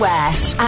West